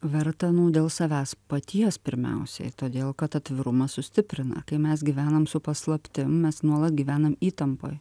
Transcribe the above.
verta nu dėl savęs paties pirmiausia todėl kad atvirumas sustiprina kai mes gyvenam su paslaptim mes nuolat gyvenam įtampoj